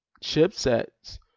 chipsets